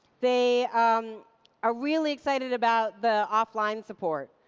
they are really excited about the offline support.